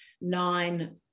nine